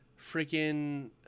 freaking